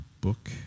book